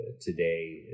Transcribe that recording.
today